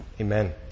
Amen